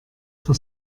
für